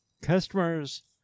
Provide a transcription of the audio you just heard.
Customers